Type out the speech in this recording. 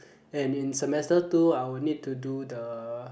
and in semester two I will need to do the